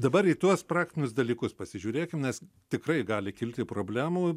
dabar į tuos praktinius dalykus pasižiūrėkim nes tikrai gali kilti problemų